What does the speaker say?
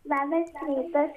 labas rytas